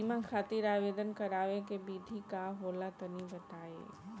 बीमा खातिर आवेदन करावे के विधि का होला तनि बताईं?